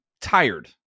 tired